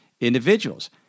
individuals